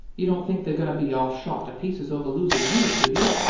you don't think they're goin' to be all shot to pieces over losin' you, do you?